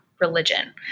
religion